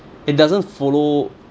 it doesn't follow